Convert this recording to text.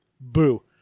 Boo